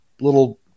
little